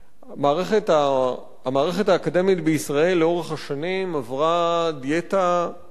המערכת האקדמית בישראל לאורך השנים עברה דיאטה קשה מדי.